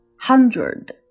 hundred